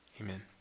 Amen